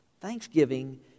Thanksgiving